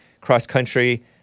cross-country